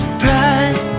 pride